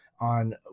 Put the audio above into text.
on